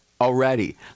already